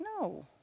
No